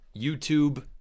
YouTube